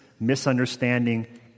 Misunderstanding